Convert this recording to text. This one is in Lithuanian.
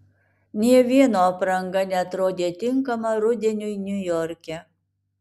nė vieno apranga neatrodė tinkama rudeniui niujorke